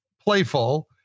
playful